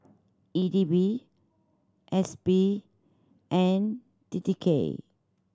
E D B S P and T T K